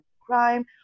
crime